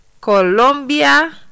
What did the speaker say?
Colombia